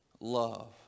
love